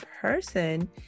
person